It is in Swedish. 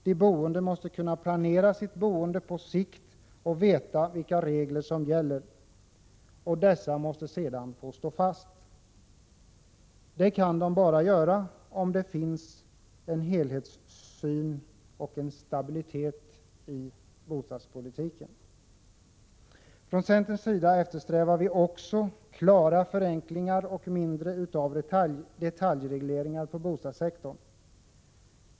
De boende måste kunna planera sitt boende på sikt och veta vilka regler som gäller. Och dessa måste sedan få stå fast. Det kan de bara göra om det finns en helhetssyn och stabilitet i bostadspolitiken. Från centerns sida eftersträvar vi också klara förenklingar och mindre av detaljreglering av bostadssektorn.